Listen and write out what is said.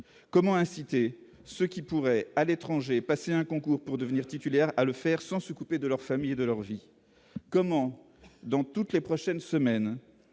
comment inciter ceux qui pourrait, à l'étranger, passer un concours pour devenir titulaire à le faire sans se couper de leur famille et de leur vie, comment dans toutes les prochaines semaines,